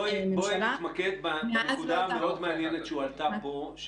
בואי נתמקד בנקודה המאוד מעניינת שהועלתה פה,